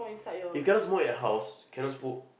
you cannot smoke in your house cannot smoke